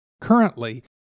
Currently